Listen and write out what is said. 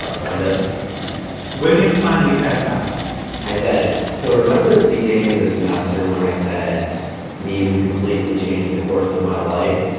ah kind of william finally fessed up i said, so remember at the beginning of the semester when i said memes completely changed the course of my life?